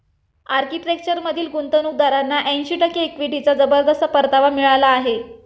आर्किटेक्चरमधील गुंतवणूकदारांना ऐंशी टक्के इक्विटीचा जबरदस्त परतावा मिळाला आहे